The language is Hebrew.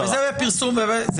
וזה בפרסום וכולי.